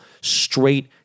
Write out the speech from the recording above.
Straight